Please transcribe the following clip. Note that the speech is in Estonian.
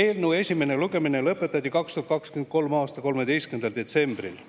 Eelnõu esimene lugemine lõpetati 2023. aasta 13. detsembril.